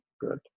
Good